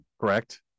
correct